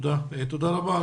תודה רבה.